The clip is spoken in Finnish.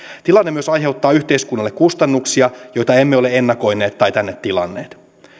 tilanne myös aiheuttaa yhteiskunnalle kustannuksia joita emme ole ennakoineet tai tänne tilanneet